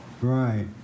Right